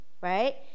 right